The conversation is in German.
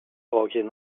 orgien